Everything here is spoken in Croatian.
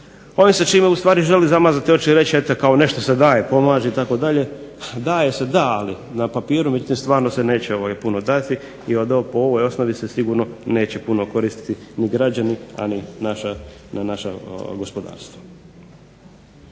Ovim se želi u stvari zamazati oči i reći eto nešto se daje, pomaže itd. Daje se da, ali na papiru. Međutim, stvarno se neće puno dati i po ovoj osnovi se sigurno neće puno okoristiti građani, a ni naše gospodarstvo.